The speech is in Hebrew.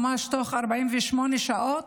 ממש תוך 48 שעות,